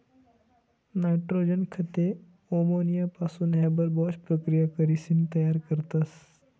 nitrogen खते अमोनियापासून Haber Bosch प्रकिया करीसन तयार करतस